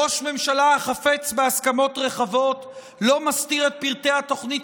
ראש ממשלה החפץ בהסכמות רחבות לא מסתיר את פרטי התוכנית